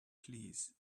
please